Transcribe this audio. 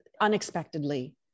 unexpectedly